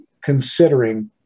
considering